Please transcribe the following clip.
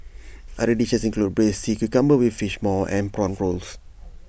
other dishes include Braised Sea Cucumber with Fish Maw and Prawn Rolls